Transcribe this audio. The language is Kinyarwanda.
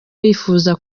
bifuza